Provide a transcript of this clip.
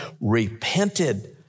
repented